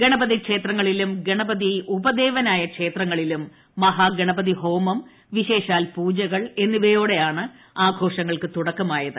ഗണപതി ക്ഷേത്രങ്ങളിലും ഗണപതി ഉപദേവനായ ക്ഷേത്രങ്ങളിലും മഹാഗണപതിഹോമം വിശേഷാൽ പൂജകൾ എന്നിവയോടെയാണ് ആഘോഷങ്ങൾക്ക് തുടക്കമായത്